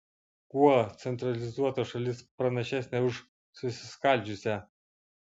kuo centralizuota šalis pranašesnė už susiskaldžiusią